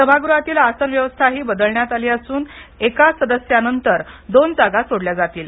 सभागृहातील आसनव्यवस्थाही बदलण्यात आली असून एका सदस्यानंतर दोन जागा सोडल्या जातील